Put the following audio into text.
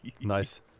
Nice